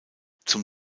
zum